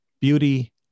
beauty